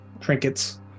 trinkets